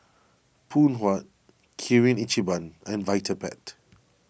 Phoon Huat Kirin Ichiban and Vitapet